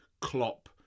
Klopp